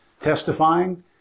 testifying